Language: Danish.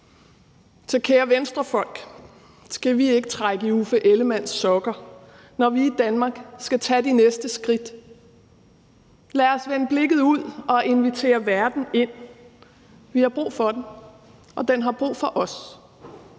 Så kære Venstrefolk, skal vi ikke trække i Uffe Ellemann-Jensens sokker, når vi i Danmark skal tage de næste skridt? Lad os vende blikket ud og invitere verden ind. Vi har brug for den, og den har brug for os.